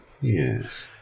Yes